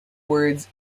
words